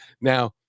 now